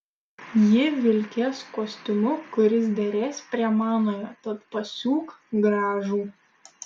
ji vilkės kostiumu kuris derės prie manojo tad pasiūk gražų